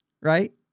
right